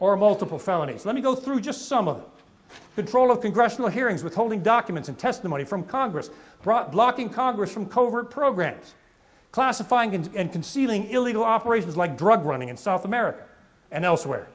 or multiple felonies let me go through just some of the control of congressional hearings withholding documents and testimony from congress brought blocking congress from covert programs classifying and concealing illegal operations like drug running in south america and elsewhere